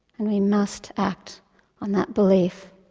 and we must act on that belief,